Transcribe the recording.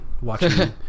watching